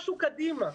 משהו קדימה.